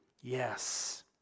Yes